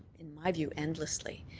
in my view, endlessly.